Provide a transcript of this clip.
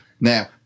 Now